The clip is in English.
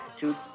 two